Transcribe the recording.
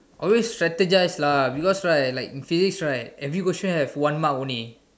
always strategize lah cause in physics right every questions got one mark only